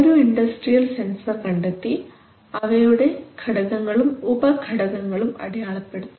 ഒരു industrial sensor കണ്ടെത്തി അവയുടെ ഘടകങ്ങളും ഉപഘടകങ്ങളും അടയാളപ്പെടുത്തുക